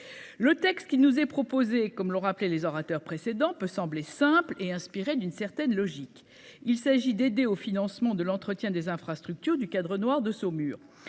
Le texte qui nous est proposé, comme l'ont rappelé les orateurs précédents peut sembler simple et inspiré d'une certaine logique. Il s'agit d'aider au financement de l'entretien des infrastructures du Cadre Noir de Saumur.